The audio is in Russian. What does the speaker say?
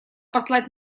послать